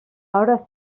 hores